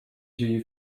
dzieje